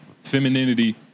Femininity